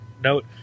note